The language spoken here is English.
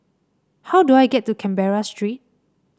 how do I get to Canberra Street